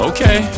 Okay